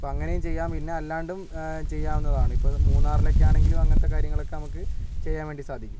അപ്പോൾ അങ്ങനെയും ചെയ്യാം പിന്നെ അല്ലാണ്ടും ചെയ്യാവുന്നതാണ് ഇപ്പോൾ മൂന്നാറിലോക്കെ ആണെങ്കിലും അങ്ങനത്തെ കാര്യങ്ങളൊക്കെ നമുക്ക് ചെയ്യാൻ വേണ്ടി സാധിക്കും